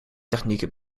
technieken